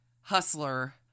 hustler